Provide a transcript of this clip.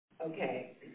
Okay